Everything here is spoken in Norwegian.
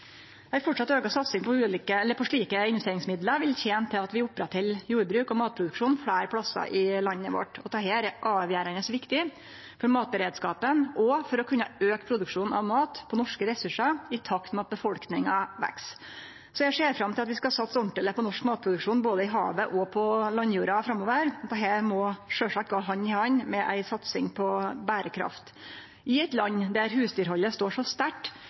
Ei framleis auka satsing på slike investeringsmidlar vil tene til at vi held ved lag jordbruk og matproduksjon fleire plassar i landet vårt, og dette er avgjerande viktig for matberedskapen og for å kunne auke produksjonen av mat på norske ressursar i takt med at befolkninga veks. Eg ser fram til at vi skal satse ordentleg på matproduksjon både i havet og på landjorda framover. Dette må sjølvsagt gå hand i hand med ei satsing på berekraft. I eit land der husdyrhaldet står så sterkt